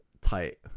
tight